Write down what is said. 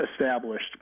established